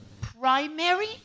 primary